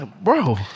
Bro